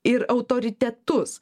ir autoritetus